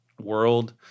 world